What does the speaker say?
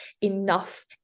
enough